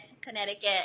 Connecticut